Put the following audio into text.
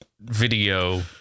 video